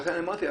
לכן אמרתי,